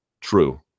True